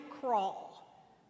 crawl